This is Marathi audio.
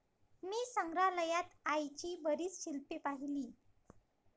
मी संग्रहालयात आईची बरीच शिल्पे पाहिली